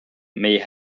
may